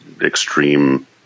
extreme